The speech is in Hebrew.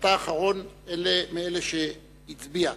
אתה האחרון מאלה שהצביעו.